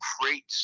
great